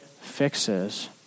fixes